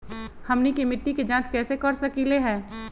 हमनी के मिट्टी के जाँच कैसे कर सकीले है?